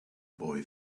boy